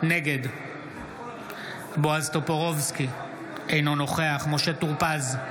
נגד בועז טופורובסקי, אינו נוכח משה טור פז,